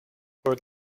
were